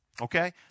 Okay